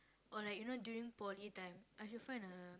or like you know during poly time I should find a